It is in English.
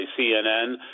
CNN